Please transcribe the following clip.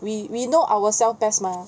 we we know ourself best mah mm